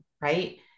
right